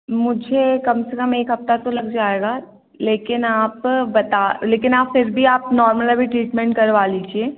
मुझे कम से कम एक हफ्ता तो लग जाएगा लेकिन आप बता लेकिन आप फ़िर भी आप नॉर्मल अभी ट्रीटमेंट करवा लीजिए